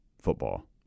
football